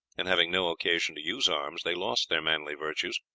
and having no occasion to use arms, they lost their manly virtues,